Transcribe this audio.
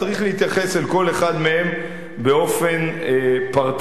צריך להתייחס אל כל אחד מהם באופן פרטני.